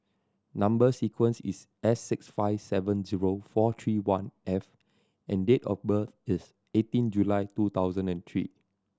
number sequence is S six five seven zero four three one F and date of birth is eighteen July two thousand and three